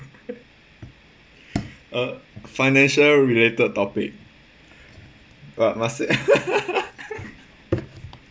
uh financial related topic but